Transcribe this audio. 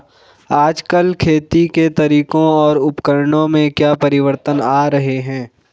आजकल खेती के तरीकों और उपकरणों में क्या परिवर्तन आ रहें हैं?